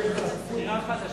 בחירה חדשה.